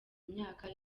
imyaka